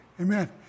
Amen